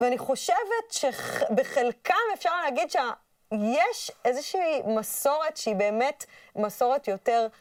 ואני חושבת שבחלקם אפשר להגיד שיש איזושהי מסורת שהיא באמת מסורת יותר...